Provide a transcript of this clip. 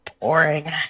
boring